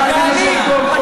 תעני.